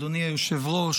אדוני היושב-ראש,